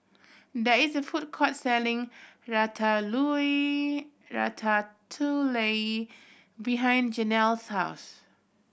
there is a food court selling Ratatouille behind Jenelle's house